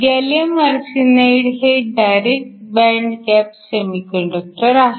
gallium arsenide हे direct band gap semiconductor आहे